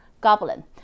goblin